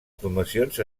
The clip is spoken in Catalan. formacions